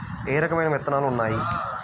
ఏ రకమైన విత్తనాలు ఉన్నాయి?